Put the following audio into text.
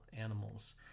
animals